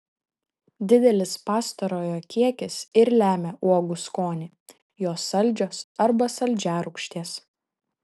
didelis pastarojo kiekis ir lemia uogų skonį jos saldžios arba saldžiarūgštės